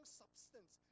substance